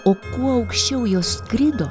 o kuo aukščiau jos skrido